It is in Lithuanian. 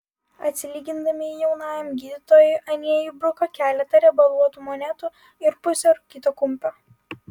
atsilygindami jaunajam gydytojui anie įbruko keletą riebaluotų monetų ir pusę rūkyto kumpio